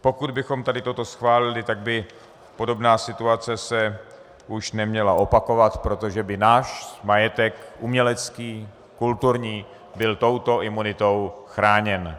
Pokud bychom toto schválili, tak by se podobná situace už neměla opakovat, protože by náš majetek umělecký, kulturní byl touto imunitou chráněn.